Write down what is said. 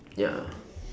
ya